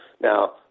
Now